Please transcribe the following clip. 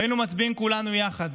והיינו מצביעים כולנו יחד,